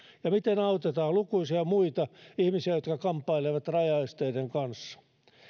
ja miten autetaan lukuisia muita ihmisiä jotka kamppailevat rajaesteiden kanssa